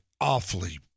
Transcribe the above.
awfully